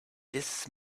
this